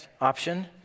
option